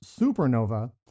supernova